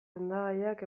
sendagaiak